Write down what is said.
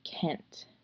Kent